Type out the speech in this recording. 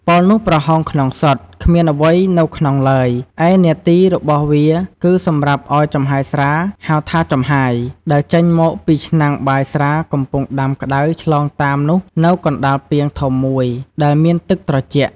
ប៉ោលនោះប្រហោងក្នុងសុទ្ធ គ្មានអ្វីនៅក្នុងឡើយ ឯនាទីរបស់វាគឺសម្រាប់ឲ្យចំហាយស្រា ហៅថា «ចំហាយ» ដែលចេញមកពីឆ្នាំងបាយស្រាកំពុងដាំក្តៅឆ្លងតាមនោះនៅកណ្តាលពាងធំមួយដែលមានទឹកត្រជាក់។